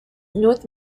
north